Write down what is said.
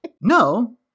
no